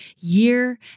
year